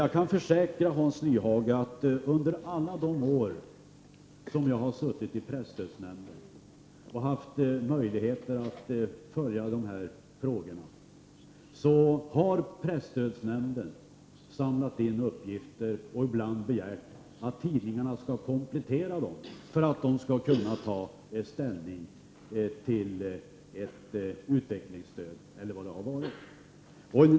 Jag kan försäkra Hans Nyhage att under alla de år som jag har suttit i presstödsnämnden och har haft möjlighet att följa dessa frågor, har presstödsnämnden samlat in uppgifter och ibland begärt kompletteringar av tidningarna för att man skall kunna ta ställning till ett utvecklingsstöd eller vad det vara må.